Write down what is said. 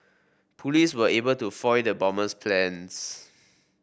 police were able to foil the bomber's plans